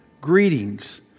Greetings